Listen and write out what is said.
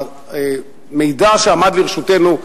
המידע שעמד לרשותנו,